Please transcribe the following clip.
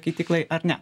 keityklai ar ne